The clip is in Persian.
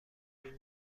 فیلم